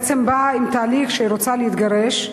באה עם תהליך שהיא רוצה להתגרש,